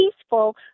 peaceful